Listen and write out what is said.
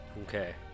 okay